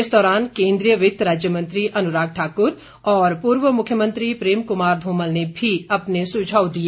इस दौरान केन्द्रीय वित्त राज्य मंत्री अनुराग ठाकुर और पूर्व मुख्यमंत्री प्रेम कुमार धूमल ने भी अपने सुझाव दिए